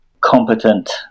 competent